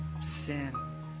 sin